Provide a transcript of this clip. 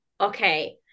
okay